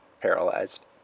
paralyzed